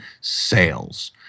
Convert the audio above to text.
sales